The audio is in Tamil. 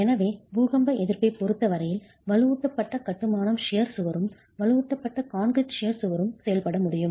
எனவே பூகம்ப எதிர்ப்பைப் பொறுத்த வரையில் வலுவூட்டப்பட்ட கட்டுமானம் ஷியர் கத்தரிப்பது சுவரும் வலுவூட்டப்பட்ட கான்கிரீட் ஷியர் கத்தரிப்பது சுவரும் செயல்பட முடியும்